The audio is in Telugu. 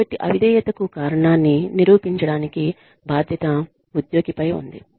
కాబట్టి అవిధేయతకు కారణాన్ని నిరూపించడానికి బాధ్యత ఉద్యోగిపై ఉంది